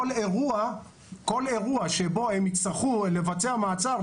בכל אירוע שבו הם יצטרכו לבצע מעצר,